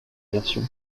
version